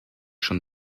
schon